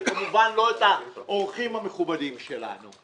וכמובן לא את האורחים המכובדים שלנו.